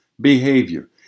behavior